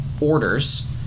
orders